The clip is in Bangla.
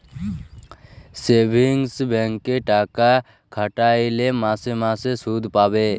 সেভিংস ব্যাংকে টাকা খাটাইলে মাসে মাসে সুদ পাবে